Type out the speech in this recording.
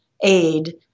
aid